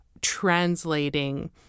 translating